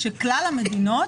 שכלל המדינות,